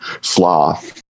sloth